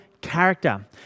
character